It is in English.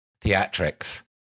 theatrics